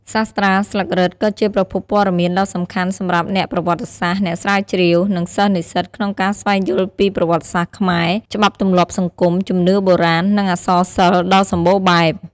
សាស្រ្តាស្លឹករឹតក៏ជាប្រភពព័ត៌មានដ៏សំខាន់សម្រាប់អ្នកប្រវត្តិសាស្ត្រ អ្នកស្រាវជ្រាវ និងសិស្សនិស្សិតក្នុងការស្វែងយល់ពីប្រវត្តិសាស្ត្រខ្មែរ ច្បាប់ទម្លាប់សង្គម ជំនឿបុរាណ និងអក្សរសិល្ប៍ដ៏សម្បូរបែប។